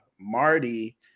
Marty